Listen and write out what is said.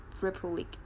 republic